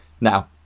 now